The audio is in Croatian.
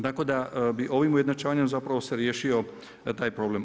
Tako da bi ovim ujednačavanjem zapravo se riješio taj problem.